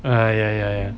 uh ya ya ya